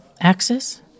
Axis